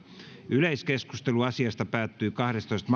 yleiskeskustelu asiasta päättyi kahdestoista